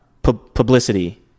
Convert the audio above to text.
publicity